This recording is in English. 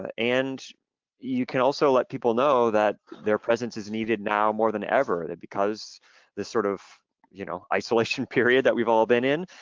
ah and you can also let people know that their presence is needed now more than ever because this sort of you know isolation period that we've all been in,